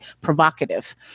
provocative